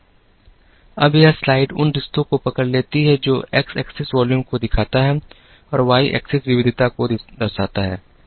अब यह स्लाइड उन रिश्तों को पकड़ लेती है जो एक्स एक्सिस वॉल्यूम को दिखाता है और वाई एक्सिस विविधता को दर्शाता है